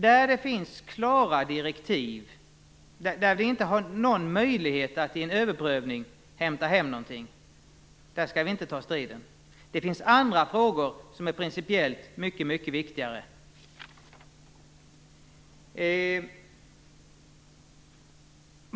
Där det finns klara direktiv, och där vi inte i en överprövning har någon möjlighet att hämta hem någonting, skall vi inte ta striden. Det finns andra frågor som är principiellt mycket viktigare.